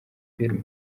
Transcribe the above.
filime